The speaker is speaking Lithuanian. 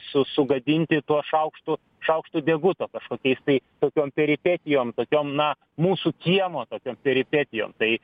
su sugadinti tuo šaukštu šaukštu deguto kažkokiais tai tokiom peripetijom tokiom na mūsų kiemo tokiom peripetijom tai